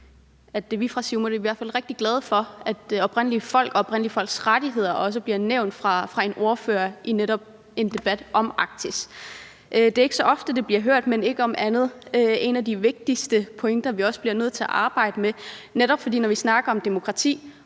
er vi i Siumut i hvert fald rigtig glade for – at oprindelige folk og oprindelige folks rettigheder bliver nævnt af en ordfører i en debat om Arktis. Det er ikke så ofte, det høres, men om ikke andet er det en af de vigtigste pointer, vi også bliver nødt til at arbejde med. For når vi snakker om demokrati,